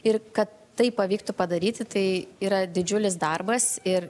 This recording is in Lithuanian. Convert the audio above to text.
ir kad tai pavyktų padaryti tai yra didžiulis darbas ir